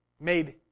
made